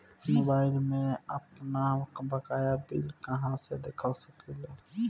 Mobile में आपनबकाया bill कहाँसे देख सकिले?